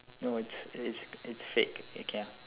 no it's it's it's fake